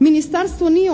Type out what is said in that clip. Ministarstvo nije